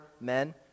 men